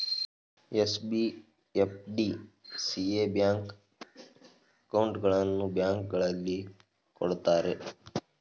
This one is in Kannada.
ಎಸ್.ಬಿ, ಎಫ್.ಡಿ, ಸಿ.ಎ ಬ್ಯಾಂಕ್ ಅಕೌಂಟ್ಗಳನ್ನು ಬ್ಯಾಂಕ್ಗಳಲ್ಲಿ ಕೊಡುತ್ತಾರೆ